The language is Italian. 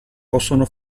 possono